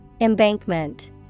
Embankment